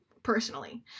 personally